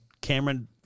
Cameron